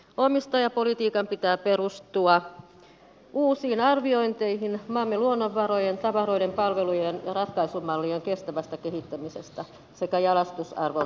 omistajapolitiikan pitää perustua uusiin arviointeihin maamme luonnonvarojen tavaroiden palvelujen ja ratkaisumallien kestävästä kehittämisestä sekä jalostusarvon nostamisesta